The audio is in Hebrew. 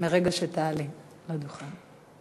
מרגע שתעלי לדוכן.